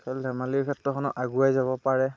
খেল ধেমালিৰ ক্ষেত্ৰখনত আগুৱাই যাব পাৰে